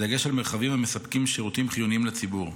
בדגש על מרחבים המספקים שירותים חיוניים לציבור.